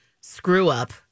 screw-up